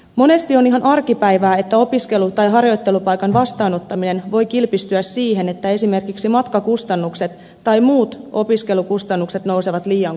monesti on ihan arkipäivää että opiskelu tai harjoittelupaikan vastaanottaminen voi kilpistyä siihen että esimerkiksi matkakustannukset tai muut opiskelukustannukset nousevat liian korkeiksi